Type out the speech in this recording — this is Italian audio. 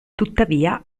tuttavia